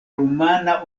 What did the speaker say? rumana